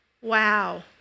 Wow